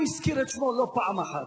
הוא הזכיר את שמו לא פעם אחת,